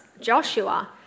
Joshua